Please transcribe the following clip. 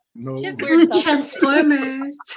transformers